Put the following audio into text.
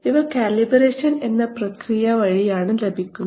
ഇവ കാലിബറേഷൻ എന്ന പ്രക്രിയ വഴിയാണ് ലഭിക്കുന്നത്